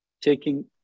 taking